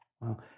Wow